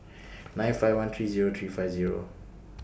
nine five one three Zero three five Zero